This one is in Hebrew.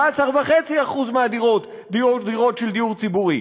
17.5% מהדירות הן דירות של דיור ציבורי.